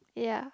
ya